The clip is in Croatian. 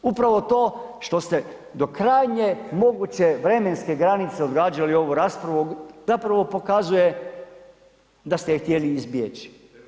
Upravo to što ste do krajnje moguće vremenske granice odgađali ovu raspravu zapravo pokazuje da ste je htjeli izbjeći.